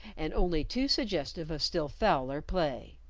and only too suggestive of still fouler play.